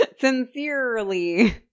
Sincerely